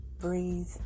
Breathe